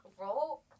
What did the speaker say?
roll